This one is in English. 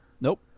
Nope